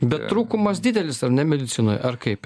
bet trūkumas didelis ar ne medicinoj ar kaip